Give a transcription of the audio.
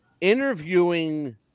interviewing